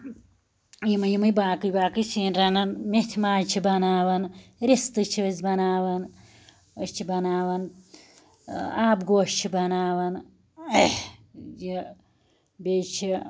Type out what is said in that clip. یمے یمے باقے باقے سِنۍ رنان میٚتھِ ماز چھِ بناوان رِستہٕ چھِ أسۍ بناوان أسۍ چھِ بناوان آب گوش چھِ بناوان بیٚیہِ چھِ